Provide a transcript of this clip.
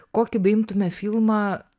kokį beimtume filmą